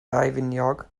daufiniog